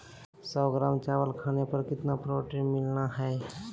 सौ ग्राम चावल खाने पर कितना प्रोटीन मिलना हैय?